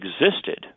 existed